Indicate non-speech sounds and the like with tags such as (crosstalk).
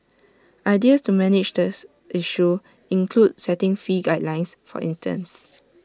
ideas to manage this issue include setting fee guidelines for (noise) instance